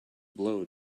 blow